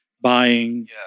buying